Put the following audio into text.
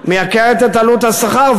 מייקרת את עלות השכר,